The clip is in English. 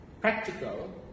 practical